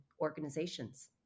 organizations